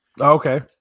okay